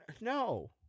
No